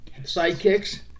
sidekicks